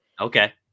Okay